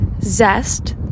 zest